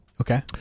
Okay